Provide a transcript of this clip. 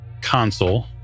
console